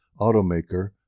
automaker